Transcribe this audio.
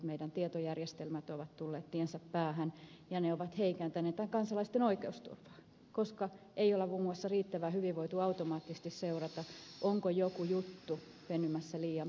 meidän tietojärjestelmämme ovat tulleet tiensä päähän ja ne ovat heikentäneet kansalaisten oikeusturvaa koska ei ole muun muassa riittävän hyvin voitu automaattisesti seurata onko joku juttu venymässä liian pitkäksi